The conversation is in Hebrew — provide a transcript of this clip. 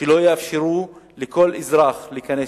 שלא יאפשרו לכל אזרח להיכנס